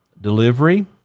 delivery